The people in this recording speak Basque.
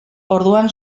orduan